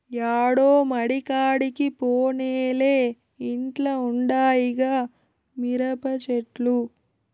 యాడో మడికాడికి పోనేలే ఇంట్ల ఉండాయిగా మిరపచెట్లు